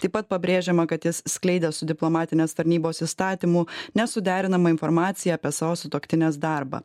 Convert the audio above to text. taip pat pabrėžiama kad jis skleidė su diplomatinės tarnybos įstatymu nesuderinamą informaciją apie savo sutuoktinės darbą